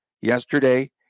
yesterday